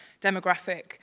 demographic